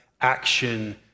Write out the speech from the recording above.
action